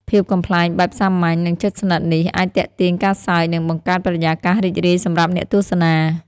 ភាពកំប្លែងបែបសាមញ្ញ និងជិតស្និទ្ធនេះ អាចទាក់ទាញការសើច និង បង្កើតបរិយាកាសរីករាយសម្រាប់អ្នកទស្សនា។